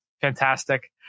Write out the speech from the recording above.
fantastic